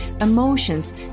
emotions